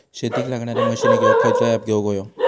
शेतीक लागणारे मशीनी घेवक खयचो ऍप घेवक होयो?